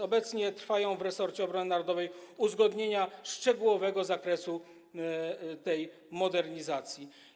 Obecnie trwają w resorcie obrony narodowej uzgodnienia szczegółowego zakresu tej modernizacji.